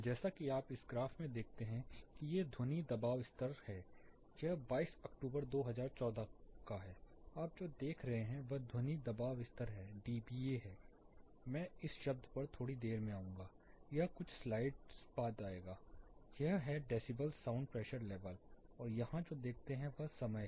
जैसा कि आप इस ग्राफ में देखते हैं कि यह एक ध्वनि दबाव स्तर है यह 22 अक्टूबर 2014 को है आप जो देख रहे हैं वह ध्वनि दबाव स्तर है dBA है मैं इस शब्द पर थोड़ी देर में आऊंगा यह कुछ स्लाइड बाद आएगा यह है डेसीबल साउंड प्रेशर लेवल और यहां जो देखते हैं वह समय है